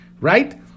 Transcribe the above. right